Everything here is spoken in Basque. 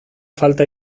falta